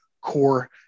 core